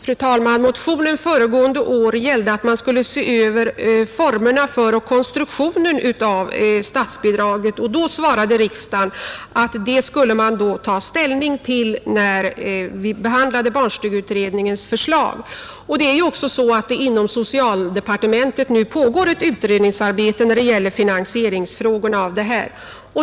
Fru talman! Motionen föregående år gällde att man skulle se över formerna för och konstruktionen av statsbidraget. Då svarade riksdagen att det skulle vi ta ställning till när vi behandlade barnstugeutredningens förslag. Inom socialdepartementet pågår det också ett utredningsarbete när det gäller finansieringsfrågorna av detta.